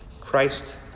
Christ